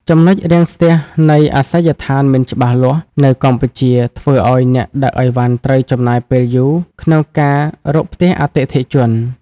ចំណុចរាំងស្ទះនៃ "អាសយដ្ឋានមិនច្បាស់លាស់" នៅកម្ពុជា ធ្វើឱ្យអ្នកដឹកអីវ៉ាន់ត្រូវចំណាយពេលយូរក្នុងការរកផ្ទះអតិថិជន។